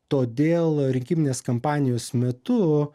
todėl rinkiminės kampanijos metu